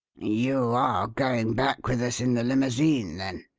you are going back with us in the limousine, then?